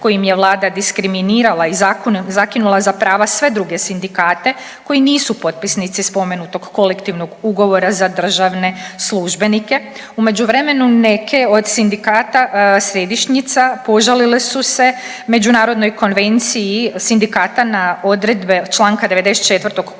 kojim je Vlada diskriminirala i Zakinula za prava sve druge sindikate koji nisu potpisnici spomenutog kolektivnog ugovora za državne službenike. U međuvremenu neke od sindikata središnjica požalile su se Međunarodnoj konvenciji sindikata na odredbe članka 94. kolektivnog